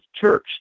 church